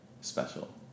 special